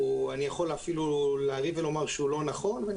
אני יכול אפילו להגיד שהוא לא נכון ואני